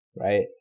right